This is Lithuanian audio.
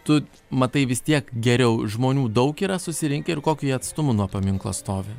tu matai vis tiek geriau žmonių daug yra susirinkę ir kokiu jie atstumu nuo paminklo stovi